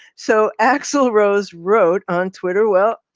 so axl rose wrote on twitter. well,